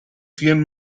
cien